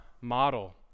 model